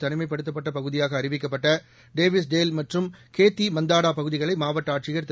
தளிமைப்படுத்தப்பட்ட பகுதியாக அறிவிக்கப்பட்ட Davis Dale மற்றும் கேத்தி மந்தாடா பகுதிகளை மாவட்ட ஆட்சியர் திரு